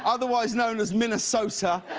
otherwise known as minnesota.